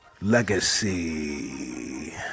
Legacy